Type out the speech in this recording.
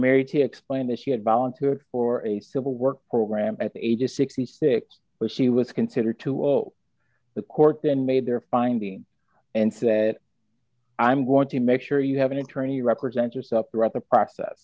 mary to explain that she had volunteered for a civil work program at the age of sixty six was she was considered to the court then made their finding and said i'm going to make sure you have an attorney representing us up throughout the process